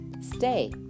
stay